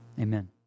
Amen